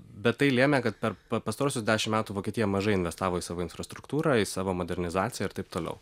bet tai lėmė kad per pastaruosius dešimt metų vokietija mažai investavo į savo infrastruktūrą į savo modernizaciją ir taip toliau